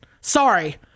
sorry